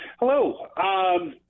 Hello